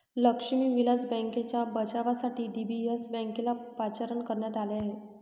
लक्ष्मी विलास बँकेच्या बचावासाठी डी.बी.एस बँकेला पाचारण करण्यात आले आहे